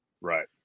Right